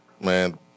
Man